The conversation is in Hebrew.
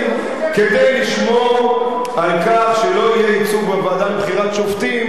כדי לשמור על כך שלא יהיה ייצוג בוועדה לבחירת שופטים,